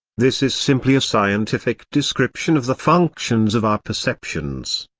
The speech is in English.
this is simply a scientific description of the functions of our perceptions.